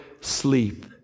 sleep